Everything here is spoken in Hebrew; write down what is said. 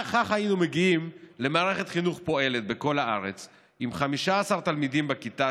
כך היינו מגיעים למערכת חינוך שפועלת בכל הארץ עם 15 תלמידים בכיתה,